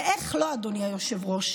ואיך לא, אדוני היושב-ראש?